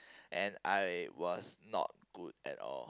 and I was not good at all